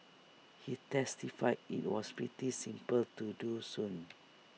he testified IT was pretty simple to do soon